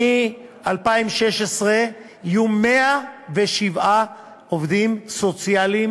מ-2016 יהיו 107 עובדים סוציאליים